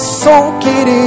soaking